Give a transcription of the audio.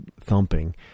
thumping